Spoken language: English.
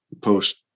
post